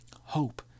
Hope